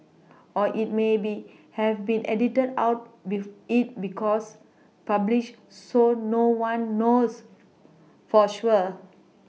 or it may be have been edited out be it was published so no one knows for sure